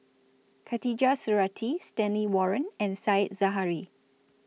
Khatijah Surattee Stanley Warren and Said Zahari